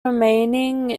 remaining